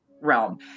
realm